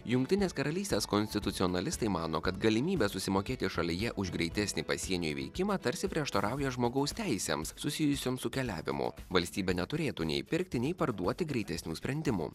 jungtinės karalystės konstitucionalistai mano kad galimybė susimokėti šalyje už greitesnį pasienio įveikimą tarsi prieštarauja žmogaus teisėms susijusioms su keliavimu valstybė neturėtų nei pirkti nei parduoti greitesnių sprendimų